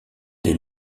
des